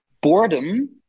boredom